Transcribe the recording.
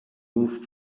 removed